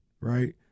right